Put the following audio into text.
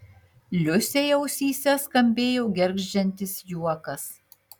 liusei ausyse skambėjo gergždžiantis juokas